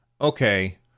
okay